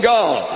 God